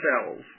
cells